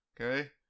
Okay